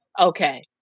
Okay